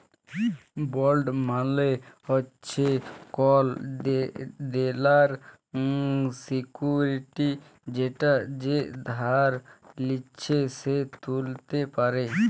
bond মালে হচ্যে কল দেলার সিকুইরিটি যেটা যে ধার লিচ্ছে সে ত্যুলতে পারে